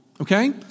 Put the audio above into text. Okay